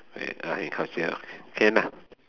eh art and culture can ah